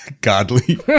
godly